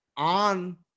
on